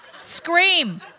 scream